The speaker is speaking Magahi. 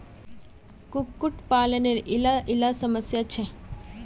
कुक्कुट पालानेर इला इला समस्या छे